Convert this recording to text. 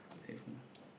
heaven